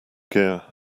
gear